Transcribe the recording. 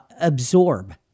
absorb